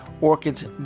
Orchid's